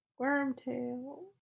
Wormtail